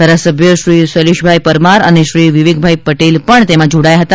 ધારાસભ્યશ્રી શૈલેષભાઈ પરમાર અને શ્રી વિવેકભાઈ પટેલ પણ તેમાં જોડાયા હતા